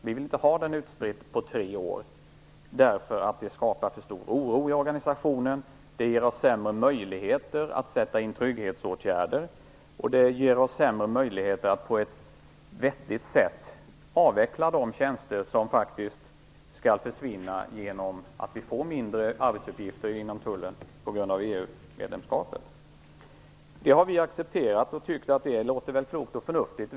De vill inte ha den utspridd på tre år, därför att det skapar för stor oro i organisationen. Det ger sämre möjligheter att sätta in trygghetsåtgärder, och det ger sämre möjligheter att på ett vettigt sätt avveckla de tjänster som faktiskt skall försvinna genom att det blir mindre arbetsuppgifter inom Tullen på grund av EU-medlemskapet. Det har vi accepterat. Vi har tyckt att det låter klokt och förnuftigt.